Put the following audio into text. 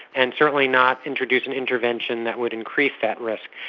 and certainly not introduce an intervention that would increase that risk.